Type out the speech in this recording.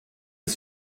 ist